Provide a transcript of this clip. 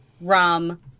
rum